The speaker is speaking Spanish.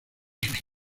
sus